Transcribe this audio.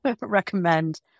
recommend